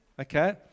okay